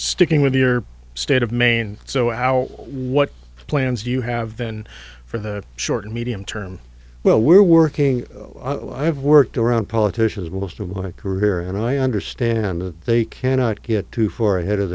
sticking with your state of maine so our what plans you have then for the short and medium term well we're working i have worked around politicians most of my career and i understand they cannot get too far ahead of